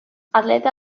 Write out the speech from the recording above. atleta